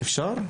אפשר?